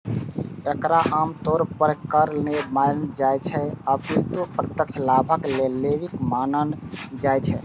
एकरा आम तौर पर कर नै मानल जाइ छै, अपितु प्रत्यक्ष लाभक लेल लेवी मानल जाइ छै